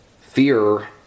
Fear